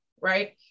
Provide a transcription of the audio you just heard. Right